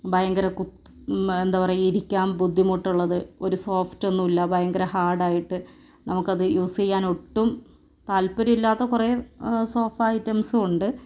ഭയങ്കര എന്താ പറയുക ഇരിക്കാൻ ബുദ്ധിമുട്ടുള്ളത് ഒരു സോഫ്റ്റൊന്നുമല്ല ഭയങ്കര ഹാർഡായിട്ട് നമുക്കത് യൂസ് ചെയ്യാൻ ഒട്ടും താല്പര്യം ഇല്ലാത്ത കുറേ സോഫ ഐറ്റംസും ഉണ്ട്